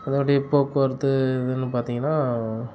அதோடைய இப்போ போறது இதுன்னு பாத்திங்கன்னா